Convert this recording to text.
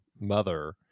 mother